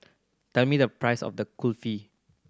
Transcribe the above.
tell me the price of the Kulfi